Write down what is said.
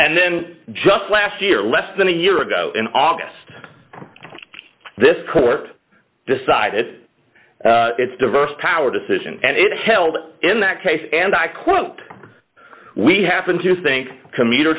and then just last year less than a year ago in august this court decided its diverse power decision and it held in that case and i quote we happen to think commuter